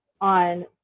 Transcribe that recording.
on